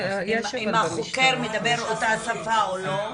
אם החוקר מדבר את אותו שפה או לא.